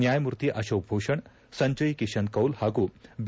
ನ್ಲಾಯಮೂರ್ತಿ ಅಶೋಕ್ ಭೂಷಣ್ ಸಂಜಯ್ ಕಿಶನ್ ಕೌಲ್ ಹಾಗೂ ಬಿ